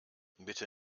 bitte